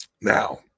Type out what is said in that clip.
Now